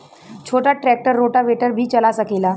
छोटा tractor rotavator भी चला सकेला?